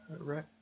Right